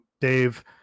dave